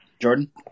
Jordan